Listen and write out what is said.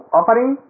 offering